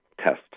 test